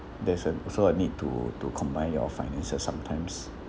there's a also a need to to combine your finances sometimes